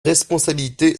responsabilité